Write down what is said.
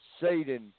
Satan